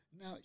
Now